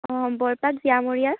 অঁ বৰপাক জীয়ামূৰীয়া